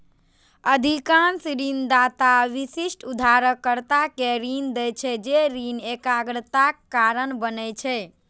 अधिकांश ऋणदाता विशिष्ट उधारकर्ता कें ऋण दै छै, जे ऋण एकाग्रताक कारण बनै छै